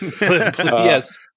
Yes